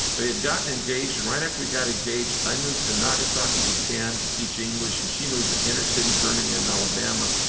we had gotten engaged. and right after we got engaged, i moved to nagasaki, japan, to teach english. and she moved to inner-city birmingham, alabama,